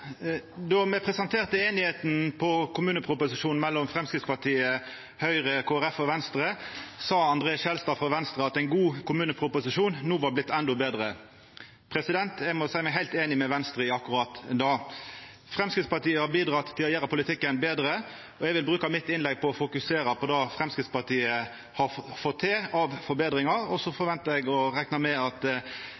kommuneproposisjon no hadde vorte endå betre. Eg må seia meg heilt einig med Venstre i akkurat det. Framstegspartiet har bidrege til å gjera politikken betre, og eg vil bruka innlegget mitt på å fokusera på det Framstegspartiet har fått til av forbetringar, og så forventar eg og reknar med at regjeringspartia vil snakka om alt det gode som låg i proposisjonen, og at opposisjonen nærast på autopilot vil seia at det er for